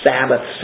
Sabbath